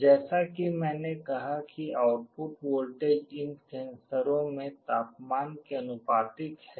जैसा कि मैंने कहा कि आउटपुट वोल्टेज इन सेंसरों में तापमान के आनुपातिक है